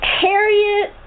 Harriet